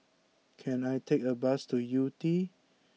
can I take a bus to Yew Tee